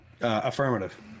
Affirmative